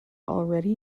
already